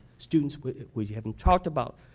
students we haven't talked about,